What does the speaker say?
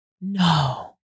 No